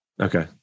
Okay